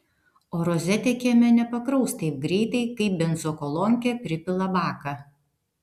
o rozetė kieme nepakraus taip greitai kaip benzokolonkė pripila baką